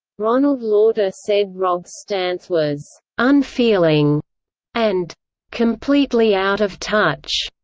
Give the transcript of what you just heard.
ronald lauder said rogge's stance was unfeeling and completely out of touch.